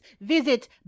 visit